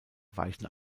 weichen